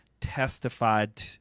testified